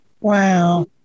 wow